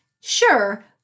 Sure